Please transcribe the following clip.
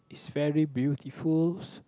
is very beautifuls